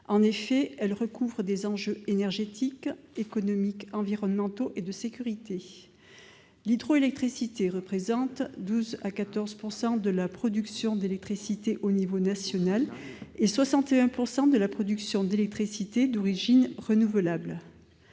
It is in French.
En effet, il recouvre des enjeux énergétiques, économiques, environnementaux et de sécurité. L'hydroélectricité représente de 12 % à 14 % de la production d'électricité nationale et 61 % de la production d'électricité d'origine renouvelable.